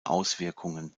auswirkungen